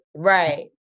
Right